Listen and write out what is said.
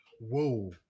whoa